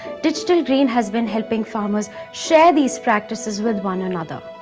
digital green has been helping farmers share these practices with one another.